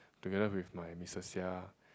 together with my missus Seah